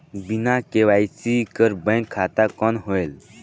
बिना के.वाई.सी कर बैंक खाता कौन होएल?